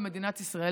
במדינת ישראל,